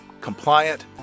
compliant